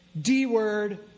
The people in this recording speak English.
D-word